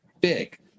big